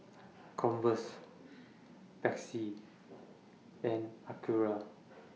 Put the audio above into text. Converse Pepsi and Acura